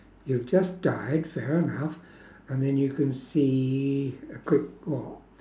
you've just died fair enough and then you can see a good what